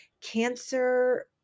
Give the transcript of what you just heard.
cancer